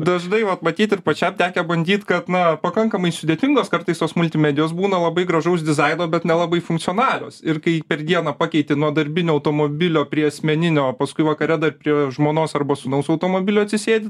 dažnai vat matyt ir pačiam tekę bandyt kad na pakankamai sudėtingos kartais tos multimedijos būna labai gražaus dizaino bet nelabai funkcionalios ir kai per dieną pakeiti nuo darbinio automobilio prie asmeninio o paskui vakare dar prie žmonos arba sūnaus automobilio atsisėdi